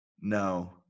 no